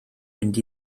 mynd